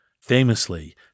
Famously